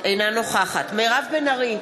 אינה נוכחת מירב בן ארי,